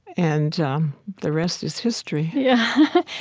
and the rest is history yeah.